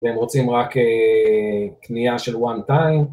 והם רוצים רק קנייה של one time